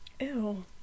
Ew